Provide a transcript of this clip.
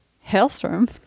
Hailstorm